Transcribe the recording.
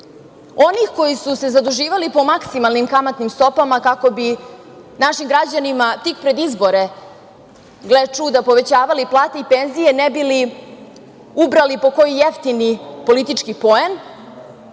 onih koji su se zaduživali po maksimalnim kamatnim stopama kako bi našim građanima tik pred izbore, gle čuda, povećavali plate i penzije ne bi li ubrali po koji jeftini politički poen.